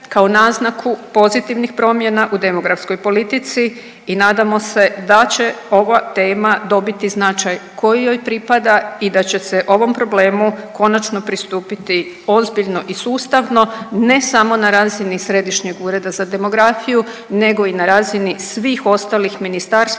kao naznaku pozitivnih promjena u demografskoj politici i nadamo se da će ova tema dobiti značaj koji joj pripada i da će ovom problemu konačno pristupiti ozbiljno i sustavno, ne samo na razini Središnjeg ureda za demografiju nego i na razini svih ostalih ministarstava